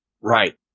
Right